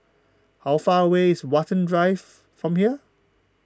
how far away is Watten Drive from here